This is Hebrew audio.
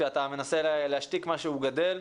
כשאתה מנסה להשתיק משהו, הוא גדל.